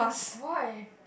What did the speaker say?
why